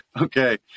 okay